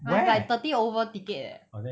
I have like thirty over ticket eh